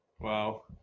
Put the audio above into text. Wow